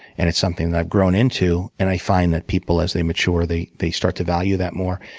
and it's something i've grown into. and i find that people, as they mature, they they start to value that more.